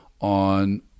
on